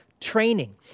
training